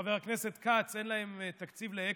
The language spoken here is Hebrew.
חבר הכנסת כץ, אין להם תקציב לאקמו,